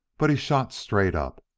but he shot straight up.